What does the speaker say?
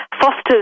fosters